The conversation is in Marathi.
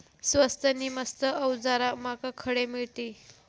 स्वस्त नी मस्त अवजारा माका खडे मिळतीत?